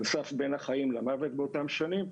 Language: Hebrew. על סף בין החיים למוות באותן שנים,